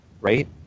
right